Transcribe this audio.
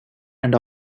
and